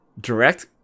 direct